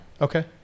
Okay